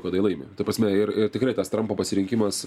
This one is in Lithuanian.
kada jie laimi ta prasme ir tikrai tas trampo pasirinkimas